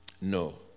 No